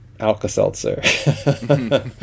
alka-seltzer